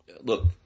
Look